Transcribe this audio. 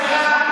שקרן,